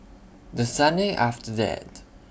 The Sunday after that